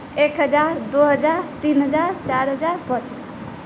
एक हजार दू हजार तीन हजार चारि हजार पाँच हजार